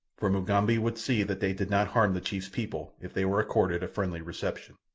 for mugambi would see that they did not harm the chief's people, if they were accorded a friendly reception.